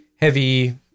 heavy